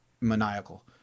maniacal